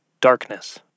darkness